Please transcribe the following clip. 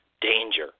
danger